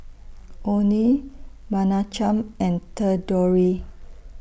Onie Menachem and Thedore